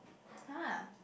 !huh!